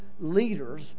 leaders